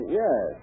yes